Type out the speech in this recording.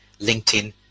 LinkedIn